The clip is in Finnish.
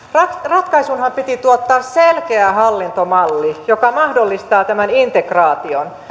ratkaisunhan piti tuottaa selkeä hallintomalli joka mahdollistaa tämän integraation